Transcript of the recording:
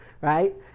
right